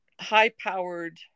high-powered